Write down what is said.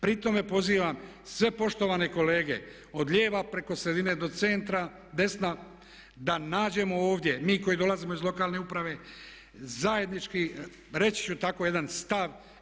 Pri tome pozivam sve poštovane kolege od lijeva preko sredine do centra, desna, da nađemo ovdje, mi koji dolazimo iz lokalne uprave zajednički, reći ću tako jedan stav.